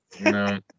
No